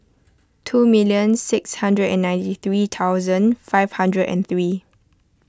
two million six hundred and ninety three thousand five hundred and three